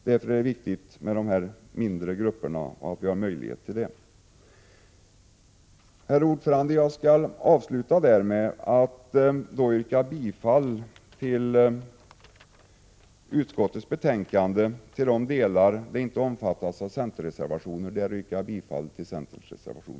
Därför är det viktigt att vi får möjlighet att ha mindre grupper. Herr talman! Jag yrkar bifall till centerns reservationer och i övrigt till utskottets hemställan.